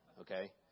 okay